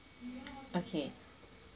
okay